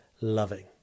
loving